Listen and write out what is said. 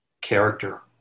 character